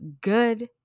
good